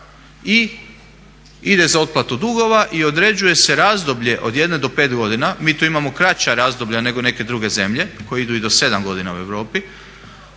i ide za otplatu dugova i određuje se razdoblje od 1 do 5 godina, mi tu imamo kraća razdoblja nego neke druge zemlje koje idu i do 7 godina u Europi,